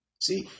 See